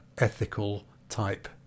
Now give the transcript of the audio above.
ethical-type